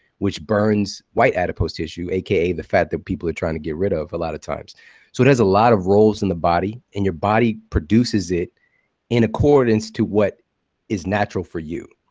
which burns white adipose tissue, aka the fat that people are trying to get rid of a lot of times, so it has a lot of roles in the body. your body produces it in accordance to what is natural for you.